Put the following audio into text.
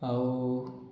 ଆଉ